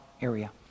area